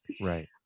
Right